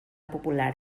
popular